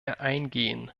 eingehen